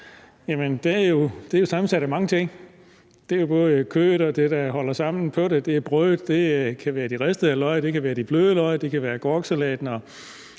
er den jo sammensat af mange ting. Der er både kødet og det, der holder sammen på det, der er brødet, de ristede løg, de bløde løg, agurkesalaten,